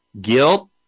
guilt